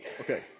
Okay